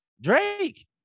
Drake